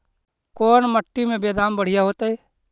कोन मट्टी में बेदाम बढ़िया होतै?